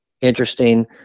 interesting